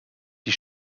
die